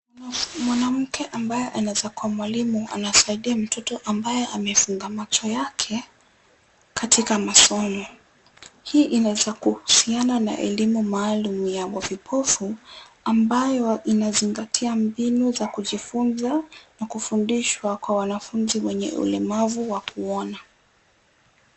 Mwanamke ambaye anaezakua mwalimu anasaidia mtoto ambaye amefunga macho yake, katika masomo. Hii inaeza kuhusiana na elimu maalumu ya vipofu, ambayo inazingatia mbinu za kujifunza na kufundishwa kwa wanafunzi wenye ulemavu wa kuona.